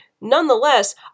Nonetheless